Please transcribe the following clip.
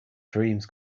dreams